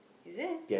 is it